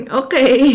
okay